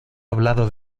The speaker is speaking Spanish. hablado